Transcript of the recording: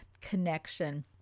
connection